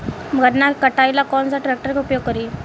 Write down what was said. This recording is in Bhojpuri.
गन्ना के कटाई ला कौन सा ट्रैकटर के उपयोग करी?